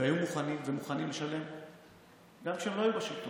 והם היו מוכנים לשלם גם כשהם לא היו בשלטון